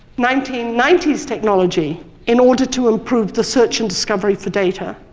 nineteen ninety s technology in order to improve the search and discovery for data.